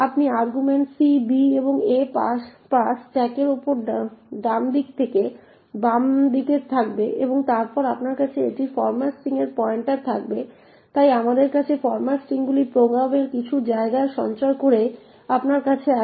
আপনি argument c b এবং a pass স্ট্যাকের উপর ডান থেকে বামে থাকবে এবং তারপর আপনার কাছে এটির ফরম্যাট স্ট্রিং এর পয়েন্টার থাকবে তাই আমাদের আছে ফরম্যাট স্ট্রিংগুলি প্রোগ্রামের কিছু জায়গায় সঞ্চয় করে আপনার কাছে আছে